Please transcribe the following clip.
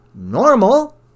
normal